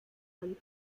kann